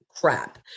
crap